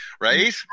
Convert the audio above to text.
right